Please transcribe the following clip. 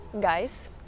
guys